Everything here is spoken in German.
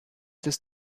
des